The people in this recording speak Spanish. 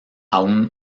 aún